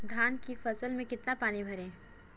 धान की फसल में कितना पानी भरें?